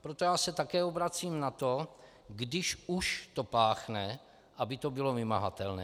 Proto se také obracím na to, když už to páchne, aby to bylo vymahatelné.